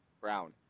brown